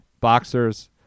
Boxers